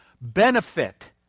benefit